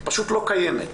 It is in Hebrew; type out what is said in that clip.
היא פשוט לא קיימת.